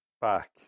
back